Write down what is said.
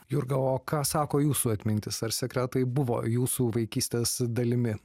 jurga o ką sako jūsų atmintis ar sekretai buvo jūsų vaikystės dalimi